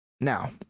now